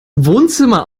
wohnzimmer